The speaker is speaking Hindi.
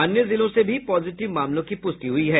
अन्य जिलों से भी पॉजिटिव मामलों की पुष्टि हुई है